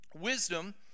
Wisdom